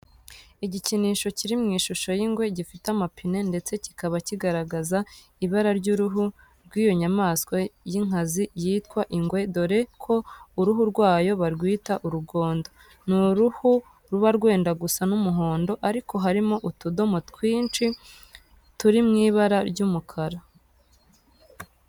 Igikinisho kiri mu ishusho y'ingwe gifite amapine ndetse kikaba kigaragaza ibara ry'uruhu rw'iyo nyamaswa y'inkazi yitwa ingwe dore ko uruhu rwayo barwita ubugondo. Ni uruhu ruba rwenda gusa n'umuhondo ariko harimo utudomo twinshi turi mu ibara ry'umukara.